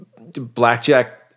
Blackjack